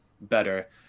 better